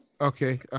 Okay